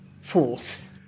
false